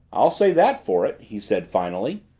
i'll say that for it, he said finally.